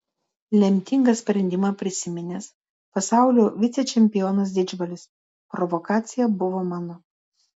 lemtingą sprendimą prisiminęs pasaulio vicečempionas didžbalis provokacija buvo mano